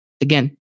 again